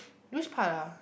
which part ah